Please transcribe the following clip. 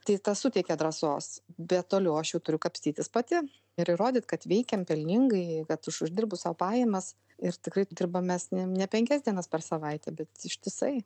tai suteikė drąsos be tolaiu aš jau turiu kapstytis pati ir įrodyt kad veikiam pelningai kad aš uždirbu sau pajamas ir tikrai dirbam mes ne ne penkias dienas per savaitę bet ištisai